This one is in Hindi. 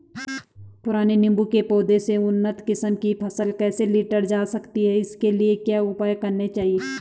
पुराने नीबूं के पौधें से उन्नत किस्म की फसल कैसे लीटर जा सकती है इसके लिए क्या उपाय करने चाहिए?